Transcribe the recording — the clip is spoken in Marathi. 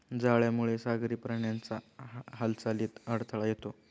जाळ्यामुळे सागरी प्राण्यांच्या हालचालीत अडथळा येतो